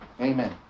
Amen